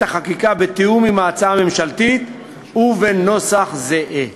החקיקה בתיאום עם ההצעה הממשלתית ובנוסח זהה.